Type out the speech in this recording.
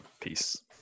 peace